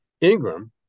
Ingram